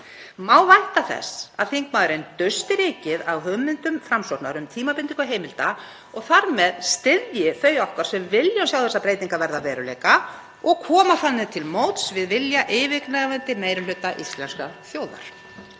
Má vænta þess að þingmaðurinn dusti rykið af hugmyndum Framsóknar um tímabindingu heimilda (Forseti hringir.) og þar með styðji þau okkar sem vilja sjá þessar breytingar verða að veruleika og komi þannig til móts við vilja yfirgnæfandi meiri hluta íslenskrar þjóðar?